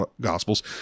gospels